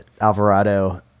Alvarado